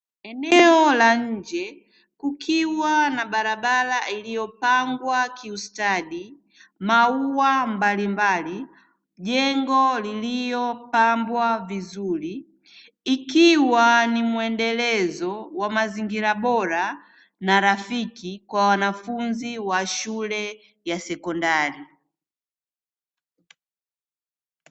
Eneo la nje kukiwa na barabara iliyopangwa kiustadi, maua mbalimbali, jengo lililopambwa vizuri, ikiwa ni muendelezo wa mazingira bora na rafiki kwa wanafunzi wa shule ya sekondari.